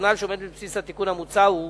הרציונל שעומד בבסיס התיקון המוצע הוא,